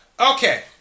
Okay